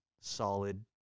solid